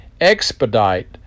expedite